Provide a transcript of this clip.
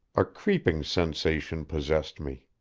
a creeping sensation possessed me.